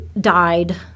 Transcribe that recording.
died